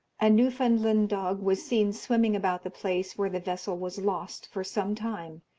a newfoundland dog was seen swimming about the place where the vessel was lost for some time,